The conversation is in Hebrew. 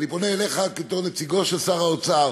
אני פונה אליך בתור נציגו של שר האוצר,